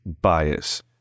bias